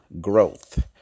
growth